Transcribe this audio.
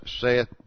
saith